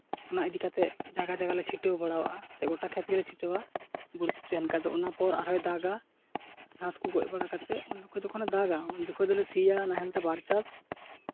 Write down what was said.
ᱚᱱᱟ ᱤᱫᱤ ᱠᱟᱛᱮᱫ ᱡᱟᱭᱜᱟ ᱡᱟᱭᱜᱟ ᱞᱮ ᱪᱷᱤᱴᱟᱹᱣ ᱵᱟᱲᱟᱣᱟᱜᱼᱟ ᱥᱮ ᱜᱳᱴᱟ ᱠᱷᱮᱛ ᱜᱮᱞᱮ ᱪᱷᱤᱴᱟᱹᱣᱟ ᱵᱟᱹᱲᱛᱤ ᱛᱟᱦᱮᱱ ᱠᱷᱟᱡ ᱫᱚ ᱚᱱᱟ ᱯᱚᱨ ᱟᱨᱦᱚᱸᱭ ᱫᱟᱜᱟ ᱜᱷᱟᱥ ᱠᱚ ᱜᱚᱡ ᱵᱟᱲᱟ ᱠᱟᱛᱮᱫ ᱡᱚᱠᱷᱚᱡᱮ ᱫᱟᱜᱟ ᱩᱱ ᱡᱚᱠᱷᱚᱱ ᱫᱚᱞᱮ ᱥᱤᱭᱟ ᱱᱟᱦᱮᱞ ᱛᱮ ᱵᱟᱨ ᱪᱟᱥ